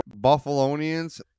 buffalonians